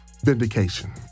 vindication